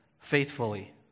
faithfully